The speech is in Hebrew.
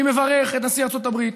אני מברך את נשיא ארצות הברית.